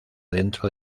dentro